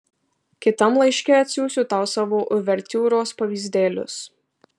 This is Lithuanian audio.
kitam laiške atsiųsiu tau savo uvertiūros pavyzdėlius